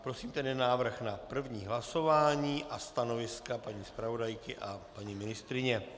Prosím tedy návrh na první hlasování a stanoviska paní zpravodajky a paní ministryně.